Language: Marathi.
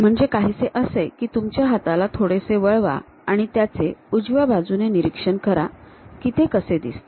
म्हणजे काहीसे असे की तुमच्या हाताला थोडेसे वळवा आणि त्याचे उजव्या बाजूने निरीक्षण करा की ते कसे दिसते